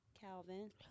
Calvin